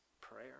prayer